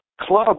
club